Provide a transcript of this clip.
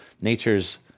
Nature's